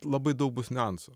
labai daug bus niuansų